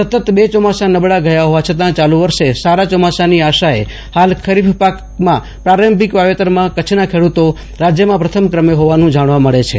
સતત બે ચોમાસા નબળા ગયા ફોવા છતાં ચાલુ વર્ષ સારા ચોમાસાની આશાએ ફાલ ખરીફ પાકના પ્રારંભિક વાવેતરમાં કરછના ખેડૂતો રાજ્યમાં પ્રથમક્રમે જોવાનું જાણવા મળે છે